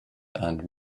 and